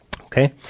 Okay